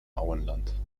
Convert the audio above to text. auenland